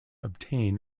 obtain